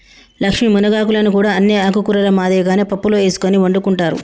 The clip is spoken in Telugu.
లక్ష్మీ మునగాకులను కూడా అన్ని ఆకుకూరల మాదిరిగానే పప్పులో ఎసుకొని వండుకుంటారు